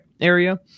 area